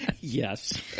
Yes